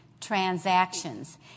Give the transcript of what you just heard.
transactions